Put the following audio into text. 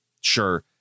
sure